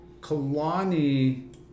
Kalani